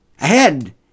Ahead